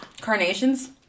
carnations